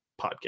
Podcast